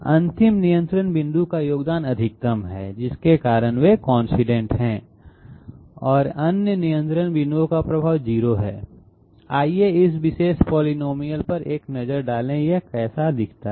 अंतिम नियंत्रण बिंदु का योगदान अधिकतम है जिसके कारण वे कोइंसीडेंट हैं और अन्य नियंत्रण बिंदुओं का प्रभाव 0 है आइए इस विशेष पॉलिनॉमियल पर एक नजर डालें यह कैसा दिखता है